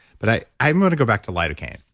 but i i want to go back to lidocaine,